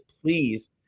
please